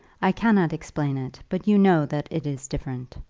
i cannot explain it, but you know that it is different.